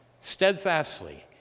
steadfastly